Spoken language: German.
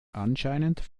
anscheinend